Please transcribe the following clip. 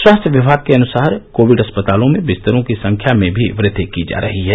स्वास्थ्य विमाग के अनुसार कोविड अस्पतालों में बिस्तरों की संख्या में भी वृद्धि की जा रही है